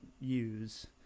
use